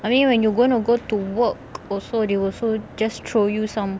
I mean when you're going to go to work also they also just throw you some